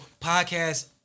podcast